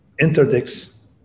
interdicts